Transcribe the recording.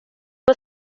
was